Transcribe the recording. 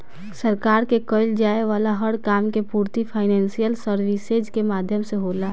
सरकार के कईल जाये वाला हर काम के पूर्ति फाइनेंशियल सर्विसेज के माध्यम से होला